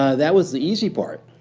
ah that was the easy part.